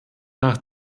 nach